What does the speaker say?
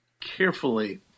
carefully